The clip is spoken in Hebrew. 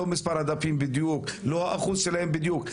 לא מספר הדפים בדיוק ולא האחוז שלהם בדיוק.